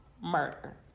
murder